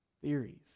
theories